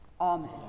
Amen